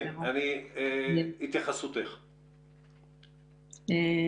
התייחסותך בבקשה.